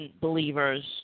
believers